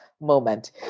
moment